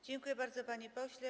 Dziękuję bardzo, panie pośle.